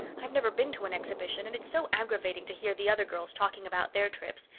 i've never been to an exhibition, and it's so aggravating to hear the other girls talking about their trips.